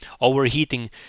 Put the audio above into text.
overheating